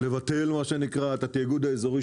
לבטל את התאגוד האזורי,